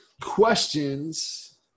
questions